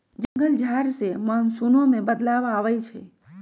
जंगल झार से मानसूनो में बदलाव आबई छई